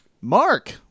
Mark